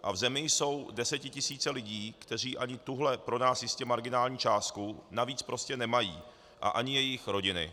A v zemi jsou desetitisíce lidí, kteří ani tuhle, pro nás jistě marginální částku, navíc prostě nemají a ani jejich rodiny.